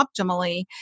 optimally